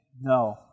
no